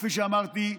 כפי שאמרתי,